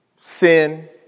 sin